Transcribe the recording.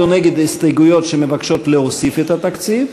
או נגד ההסתייגויות שמבקשות להוסיף תקציב,